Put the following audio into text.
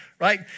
right